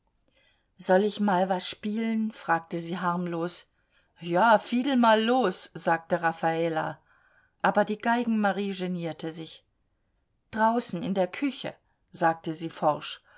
soll ich mal was spielen fragte sie harmlos ja fiedel mal los sagte raffala aber die geigen marie genierte sich draußen in der küche sagte sie forsch